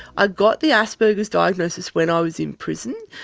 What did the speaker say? ah got the asperger's diagnosis when i was in prison.